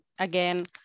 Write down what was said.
again